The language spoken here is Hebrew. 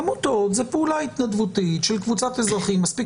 עמותות זו פעולה התנדבותית של קבוצת אזרחים מספיק